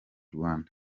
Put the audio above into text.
rwanda